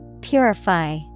Purify